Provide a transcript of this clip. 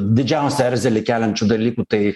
didžiausią erzelį keliančių dalykų tai